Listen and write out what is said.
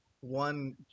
one